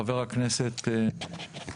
חבר הכנסת, בבקשה.